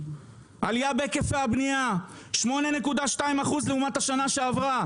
עלייה בהיקפי הבנייה 8.2% לעומת השנה שעברה.